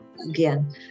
Again